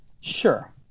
Sure